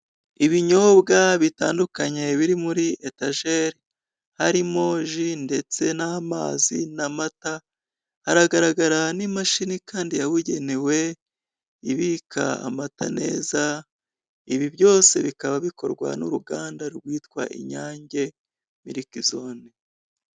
Ibinyobwa bitandukanye biri muri etajeri, harimo; ji ndetse n'amazi, n'amata, haragaragara n'imashini Kandi yabugenewe ibika amata meza, ibi byose bikaba bikorwa n'uruganda rwitwa Inyange Milk Zone.